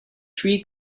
three